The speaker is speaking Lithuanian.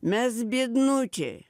mes biednučiai